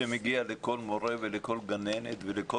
זה מגיע לכל מורה ולכל גננת ולכל